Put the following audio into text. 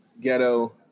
ghetto